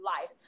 life